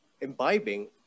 imbibing